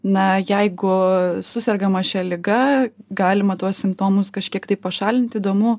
na jeigu susergama šia liga galima tuos simptomus kažkiek tai pašalint įdomu